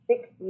Six